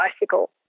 bicycle